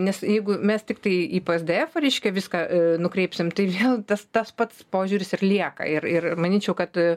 nes jeigu mes tiktai į p es d efą reiškia viską e nukreipsim tai vėl tas pats požiūris ir lieka ir ir manyčiau kad